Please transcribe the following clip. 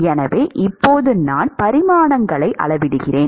எனவே இப்போது நான் பரிமாணங்களை அளவிடுகிறேன்